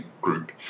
Group